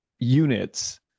units